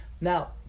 Now